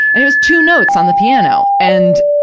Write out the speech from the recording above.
and it was two notes on the piano. and,